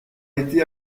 été